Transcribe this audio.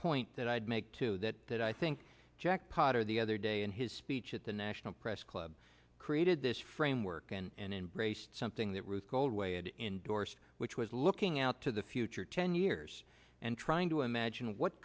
point that i'd make to that that i think jack potter the other day in his speech at the national press club created this framework and embraced something that was called way and indorse which was looking out to the future ten years and trying to imagine what